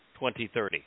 2030